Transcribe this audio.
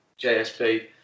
JSP